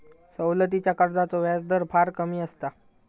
सवलतीच्या कर्जाचो व्याजदर फार कमी असता